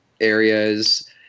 areas